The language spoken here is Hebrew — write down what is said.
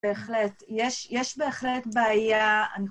בהחלט. יש בהחלט בעיה...